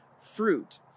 fruit